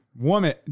woman